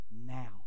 now